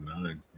nine